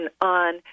on